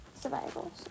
survival